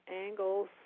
angles